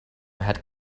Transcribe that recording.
had